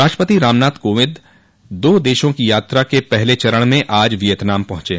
राष्ट्रपति रामनाथ कोविंद दो देशों की यात्रा के पहले चरण में आज वियतनाम पहुंचे